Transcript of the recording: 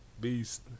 Beast